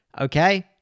Okay